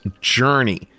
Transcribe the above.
Journey